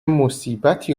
مصیبتی